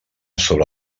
sobre